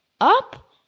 up